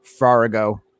Farago